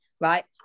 right